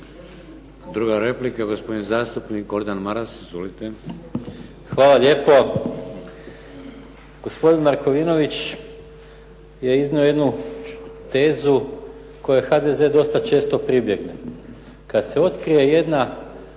Druga replika gospodin zastupnik Gordan Maras. Izvolite. **Maras, Gordan (SDP)** Hvala lijepo. Gospodin Markovinović je iznio jednu tezu kojoj HDZ dosta često pribjegne. Kad se otkrije jedna